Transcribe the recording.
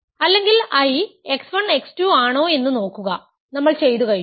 അല്ലെങ്കിൽ I x 1 x 2 ആണോ എന്ന് നോക്കുക നമ്മൾ ചെയ്തു കഴിഞ്ഞു